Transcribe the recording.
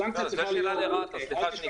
הסנקציה -- סליחה,